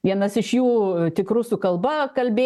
vienas iš jų tik rusu kalba kalbė